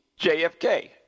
JFK